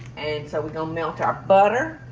and so we go melt our butter.